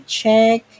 check